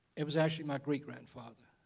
it was actually my great grandfather,